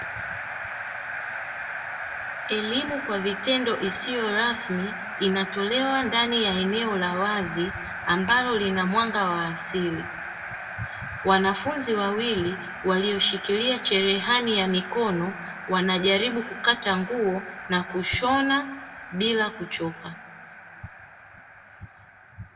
Elimu kwa vitendo isiyo rasmi inatolewa ndani ya eneo la wazi ambalo lina mwanga wa asili, wanafunzi wawili walioshikilia cherehani ya mikono, wanajaribu kukata nguo na kushona bila kuchoka.